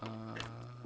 err